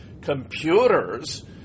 computers